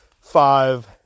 five